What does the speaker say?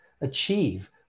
achieve